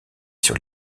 sur